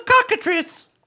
cockatrice